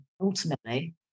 ultimately